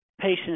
patients